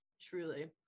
Truly